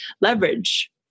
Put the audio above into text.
leverage